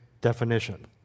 definition